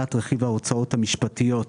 הכללת רכיב ההוצאות המשפטיות במחיר?